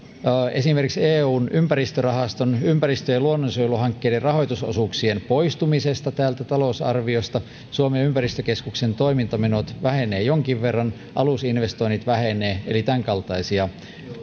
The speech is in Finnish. esimerkiksi eun ympäristörahaston ympäristö ja luonnonsuojeluhankkeiden rahoitusosuuksien poistumisesta täältä talousarviosta myös suomen ympäristökeskuksen toimintamenot vähenevät jonkin verran alusinvestoinnit vähenevät eli tämänkaltaisia